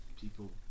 people